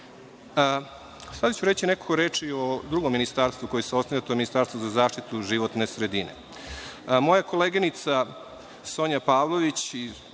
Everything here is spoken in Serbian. ću reći nekoliko reči o drugom ministarstvu koje se osniva, to je ministarstvo za zaštitu životne sredine. Moja koleginica Sonja Pavlović i